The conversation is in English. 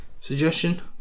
suggestion